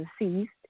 deceased